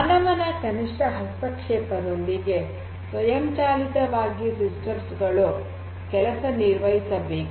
ಮಾನವನ ಕನಿಷ್ಠ ಹಸ್ತಕ್ಷೇಪದೊಂದಿಗೆ ಸ್ವಯಂಚಾಲಿತವಾಗಿ ಸಿಸ್ಟಮ್ಸ್ ಗಳು ಕೆಲಸ ನಿರ್ವಹಿಸ ಬೇಕು